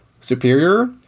superior